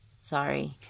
Sorry